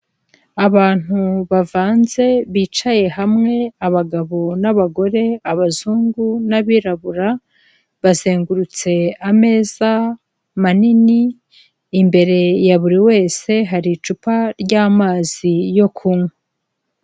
Abantu bavanze bicaye hamwe abagabo n'abagore abazungu n'abirabura, bazengurutse ameza manini imbere ya buri wese hari icupa ry'amazi yo kunywa.